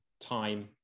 time